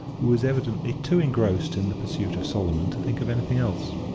who was evidently too engrossed in the pursuit of solomon to think of anything else.